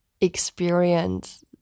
experience